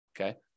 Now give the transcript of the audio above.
okay